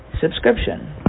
subscription